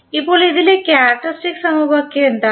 ഇപ്പോൾ ഇതിലെ ക്യാരക്ക്റ്ററിസ്റ്റിക് സമവാക്യം എന്താണ്